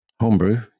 Homebrew